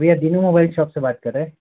भैया Dinu mobile shop से बात कर रहे